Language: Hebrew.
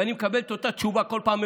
ואני מקבל את אותה תשובה כל פעם,